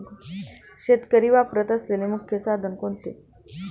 शेतकरी वापरत असलेले मुख्य साधन कोणते?